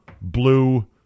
blue